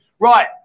Right